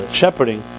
shepherding